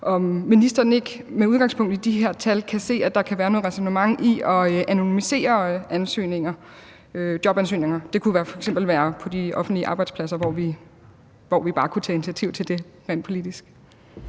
om ministeren ikke med udgangspunkt i de her tal kan se, at der kan være noget ræsonnement i at anonymisere jobansøgninger. Det kunne f.eks. være på de offentlige arbejdspladser, hvor vi bare kunne tage initiativ til det rent politisk.